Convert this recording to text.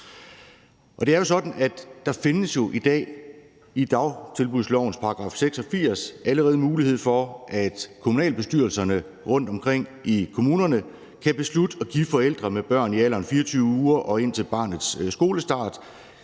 der allerede i dag i dagtilbudslovens § 86 findes en mulighed for, at kommunalbestyrelserne rundtomkring i kommunerne kan beslutte at give forældre til børn i alderen fra 24 uger, til barnet når